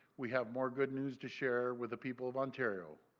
we have more good news to share with the people of ontario.